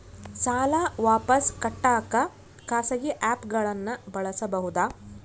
ಸಾಲ ವಾಪಸ್ ಕಟ್ಟಕ ಖಾಸಗಿ ಆ್ಯಪ್ ಗಳನ್ನ ಬಳಸಬಹದಾ?